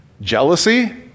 jealousy